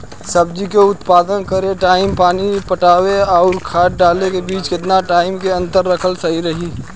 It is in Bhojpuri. सब्जी के उत्पादन करे टाइम पानी पटावे आउर खाद डाले के बीच केतना टाइम के अंतर रखल सही रही?